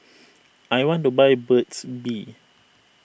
I want to buy Burt's Bee